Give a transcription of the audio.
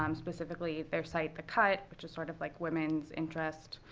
um specifically their site the cut, which is, sort of, like women's interest,